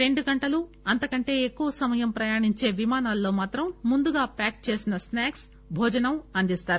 రెండు గంటలు అంతకంటే ఎక్కువ సమయం ప్రయాణించే విమానాలలో మాత్రం ముందుగా ప్యాక్ చేసిన స్నాక్ప్ భోజనం అందిస్తారు